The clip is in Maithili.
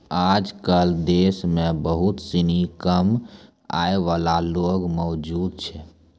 आजकल देश म बहुत सिनी कम आय वाला लोग मौजूद छै